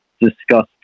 discussed